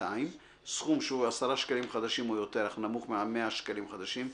סכום שהוא 10 שקלים חדשים או יותר אך נמוך מ-100 שקלים חדשים,